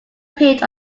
appeared